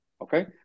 Okay